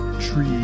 tree